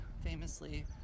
famously